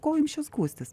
ko jums čia skųstis